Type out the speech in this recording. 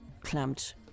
clamped